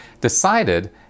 decided